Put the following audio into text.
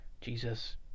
Jesus